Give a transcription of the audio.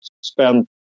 spend